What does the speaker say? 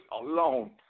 alone